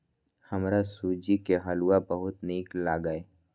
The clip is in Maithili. हमरा सूजी के हलुआ बहुत नीक लागैए